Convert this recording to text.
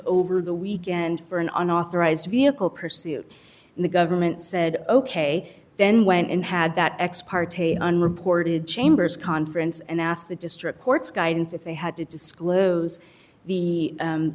over the weekend for an unauthorized vehicle pursuit and the government said ok then went in had that ex parte unreported chambers conference and asked the district court's guidance if they had to disclose the